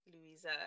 Louisa